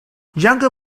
younger